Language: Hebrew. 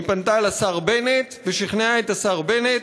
היא פנתה לשר בנט ושכנעה את השר בנט.